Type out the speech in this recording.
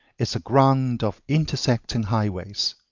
is a ground of intersecting highways.